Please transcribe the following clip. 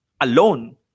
alone